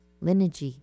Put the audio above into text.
lineage